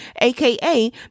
aka